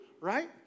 Right